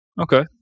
Okay